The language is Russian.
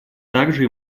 также